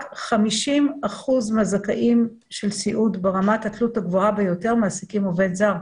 רק 50% מהזכאים של סיעוד ברמת התלות הגבוהה ביותר מעסיקים עובד זר,